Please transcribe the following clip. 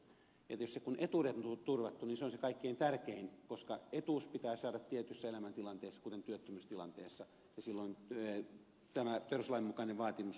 tietysti kun etuudet on turvattu niin se on se kaikkein tärkein asia koska etuus pitää saada tietyssä elämäntilanteessa kuten työttömyystilanteessa ja silloin tämä perustuslainmukainen vaatimus on täytetty